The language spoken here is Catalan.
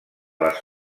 les